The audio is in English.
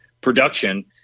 production